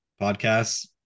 podcasts